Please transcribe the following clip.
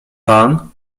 pan